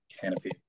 canopy